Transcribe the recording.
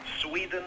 Sweden